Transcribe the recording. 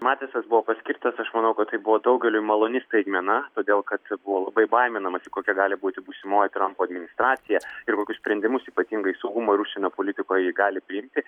matisas buvo paskirtas aš manau kad tai buvo daugeliui maloni staigmena todėl kad buvo labai baiminamasi kokia gali būti būsimoji trampo administracija ir kokius sprendimus ypatingai saugumo ir užsienio politikoj ji gali priimti